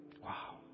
Wow